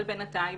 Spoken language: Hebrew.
בינתיים